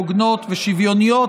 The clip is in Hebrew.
הוגנות ושוויוניות.